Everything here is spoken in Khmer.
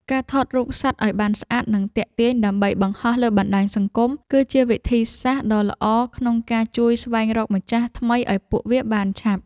ការថតរូបសត្វឱ្យបានស្អាត និងទាក់ទាញ ដើម្បីបង្ហោះលើបណ្ដាញសង្គម គឺជាវិធីសាស្ត្រដ៏ល្អក្នុងការជួយស្វែងរកម្ចាស់ថ្មីឱ្យពួកវាបានឆាប់។